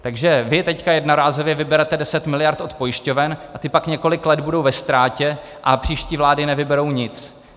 Takže vy teď jednorázově vyberete 10 miliard od pojišťoven a ty pak několik let budou ve ztrátě a příští vlády nevyberou nic.